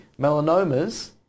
melanomas